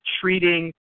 treating